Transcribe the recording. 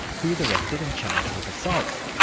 he was arrested and charged with assault.